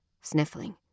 sniffling